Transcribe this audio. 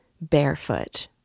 barefoot